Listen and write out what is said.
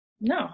No